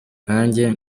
nkanjye